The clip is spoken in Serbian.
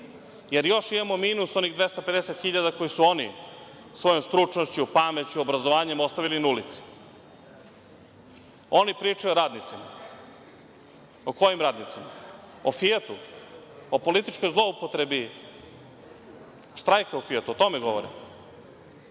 jer još imamo minus onih 250.000 koje su oni svojom stručnošću, pameću, obrazovanjem ostavili na ulici. Oni pričaju o radnicima. O kojim radnicima, o „Fijatu“, o političkoj zloupotrebi štrajka u „Fijatu“? O tome govore. Nemojte